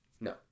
no